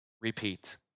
Repeat